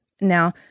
Now